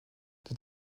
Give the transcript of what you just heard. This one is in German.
der